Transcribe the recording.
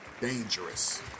Dangerous